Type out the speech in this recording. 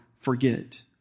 forget